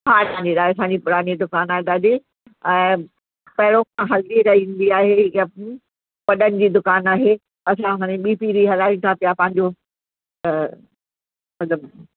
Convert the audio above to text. हा असांजी ॾाढी असांजी पुरानी दुकानु आहे दादी ऐं पहिरियों खां हलंदी रहंदी आहे हीअ वॾनि जी दुकानु आहे असां हाणे ॿी पीढ़ी हलायूं था पंहिंजो त मतिलबु